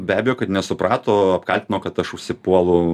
be abejo kad nesuprato apkaltino kad aš užsipuolu